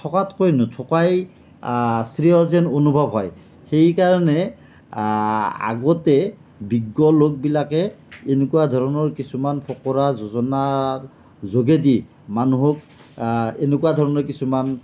থকাতকৈ নথকাই শ্ৰেয় যেন অনুভৱ হয় সেইকাৰণে আগতে অভিজ্ঞ লোকসকলে এনেকুৱা ধৰণৰ কিছুমান ফকৰা যোজনাৰ যোগেদি মানুহক এনেকুৱা ধৰণৰ কিছুমান